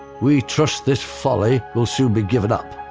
we trust this folly will soon be given up,